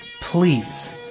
please